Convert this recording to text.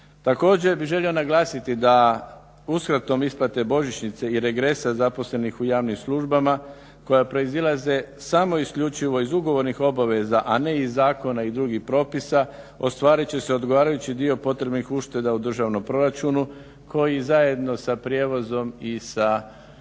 Također bih želio naglasiti da uskratom isplate božićnice i regresa zaposlenih u javnim službama koje proizlaze samo isključivo iz ugovornih obveza, a ne iz zakona i drugih propisa ostvarit će se odgovarajući dio potrebnih ušteda u državnom proračunu koji zajedno sa prijevozom i sa uštedama